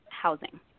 housing